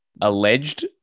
alleged